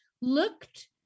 looked